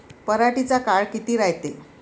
पराटीचा काळ किती रायते?